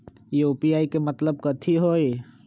UPI के मतलब कथी होई?